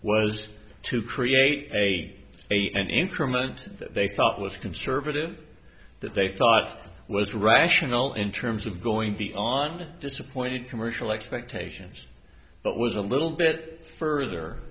was to create a a an increment that they thought was conservative that they thought was rational in terms of going the on disappointed commercial expectations but was a little bit further